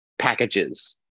packages